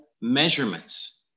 measurements